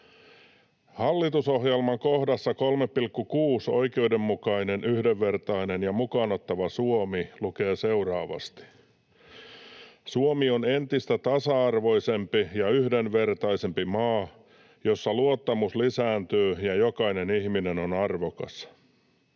Hallitusohjelman kohdassa 3.6 Oikeudenmukainen, yhdenvertainen ja mukaan ottava Suomi lukee seuraavasti: ”Suomi on entistä tasa-arvoisempi ja yhdenvertaisempi maa, jossa luottamus lisääntyy ja jokainen ihminen on arvokas.”